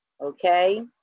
Okay